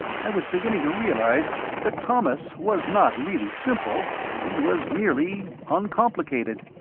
i was beginning to realize that thomas was not really simple he was merely uncomplicated.